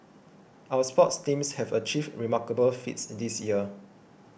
our sports teams have achieved remarkable feats this year